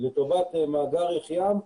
לטובת מאגר יחיעם,